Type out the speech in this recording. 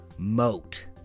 moat